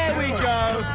we go.